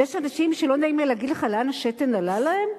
שיש אנשים שלא נעים לי להגיד לך לאן השתן עלה להם?